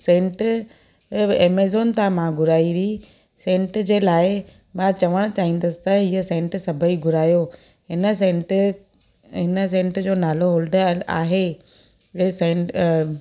scent Amazon मां घुराई हुई सैंट जे लाइ मां चवण चाहिंदसि त हीअं सैंट सभई घुरायो हिन सैंट हिन सैंट जो नालो आहे हुन सैंट